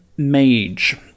mage